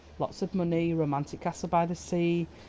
lots of money, romantic castle by the sea,